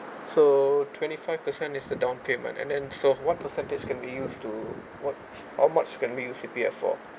so twenty five per cent is the down payment and then so what percentage can be used to what how much can we use C_P_F for